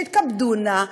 שיתכבדו נא,